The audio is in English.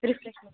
refreshment